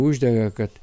uždega kad